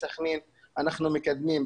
בסח'נין אנחנו מקדמים.